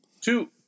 Two